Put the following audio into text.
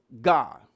god